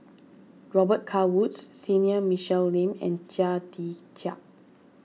Robet Carr Woods Senior Michelle Lim and Chia Tee Chiak